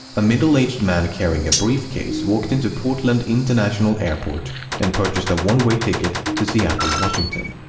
a middle-aged man carrying a briefcase walked into portland international airport and purchased a one-way ticket to seattle, washington.